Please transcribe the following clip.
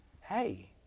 hey